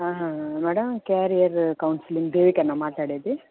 madam career counselling Devika ఏనా మాట్లాడేది